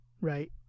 Right